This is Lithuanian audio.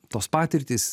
tos patirtys